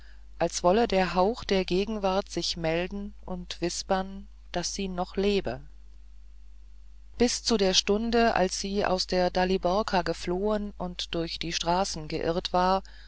als wolle der hauch der gegenwart sich melden und wispern daß sie noch lebe bis zu der stunde als sie aus der daliborka geflohen und durch die straßen geirrt war